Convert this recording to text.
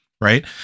Right